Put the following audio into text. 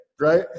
right